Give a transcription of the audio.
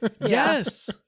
Yes